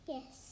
Yes